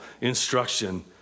instruction